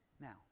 now